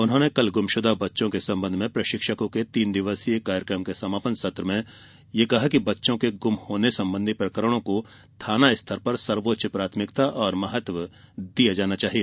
उन्होंने कल गुमशुदा बच्चों के संबंध में प्रशिक्षकों के तीन दिवसीय कार्यक्रम के समापन सत्र में कहा कि बच्चों के गुम होने संबंधी प्रकरणों को थाना स्तर पर सर्वोच्च प्राथमिकता और महत्व दिया जाना चाहिए